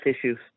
issues